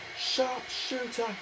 sharpshooter